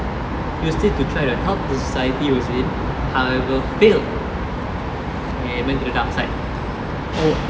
he was there to try to help the society he was in however he failed and went to the dark side